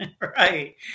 Right